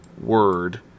word